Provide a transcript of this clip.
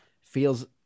feels